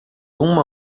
uma